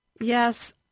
Yes